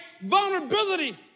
vulnerability